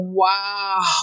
wow